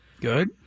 Good